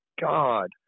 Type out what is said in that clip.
god